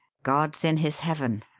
god's in his heaven,